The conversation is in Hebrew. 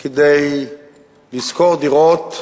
כדי לשכור דירות,